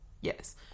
Yes